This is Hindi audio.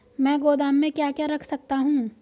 मैं गोदाम में क्या क्या रख सकता हूँ?